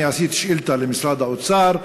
אני הפניתי שאילתה למשרד האוצר,